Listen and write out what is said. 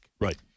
Right